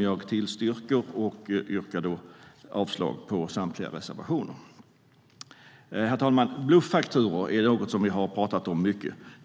Jag tillstyrker förslaget i betänkandet och yrkar avslag på samtliga reservationer. Bluffakturor är något som vi har pratat mycket om.